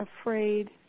afraid